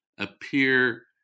Appear